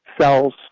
cells